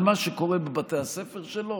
על מה שקורה בבתי הספר שלו?